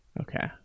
Okay